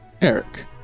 Eric